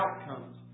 outcomes